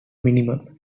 minimum